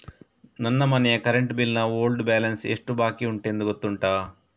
ನನ್ನ ಮನೆಯ current bill ನ ಓಲ್ಡ್ ಬ್ಯಾಲೆನ್ಸ್ ಎಷ್ಟು ಬಾಕಿಯುಂಟೆಂದು ಗೊತ್ತುಂಟ?